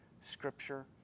Scripture